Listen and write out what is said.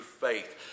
faith